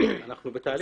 אנחנו בתהליך.